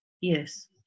Yes